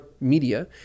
media